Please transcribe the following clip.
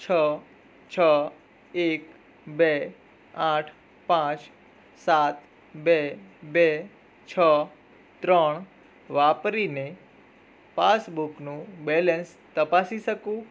છ છ એક બે આઠ પાંચ સાત બે બે છ ત્રણ વાપરીને પાસબુકનું બેલેન્સ તપાસી શકું